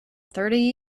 thirty